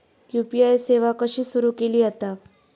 UPI सेवा कशी सुरू केली जाता?